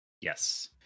Yes